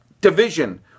division